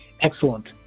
Excellent